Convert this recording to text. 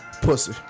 Pussy